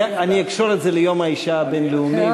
אני אקשור את זה ליום האישה הבין-לאומי.